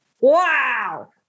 wow